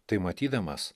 tai matydamas